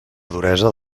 duresa